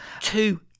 two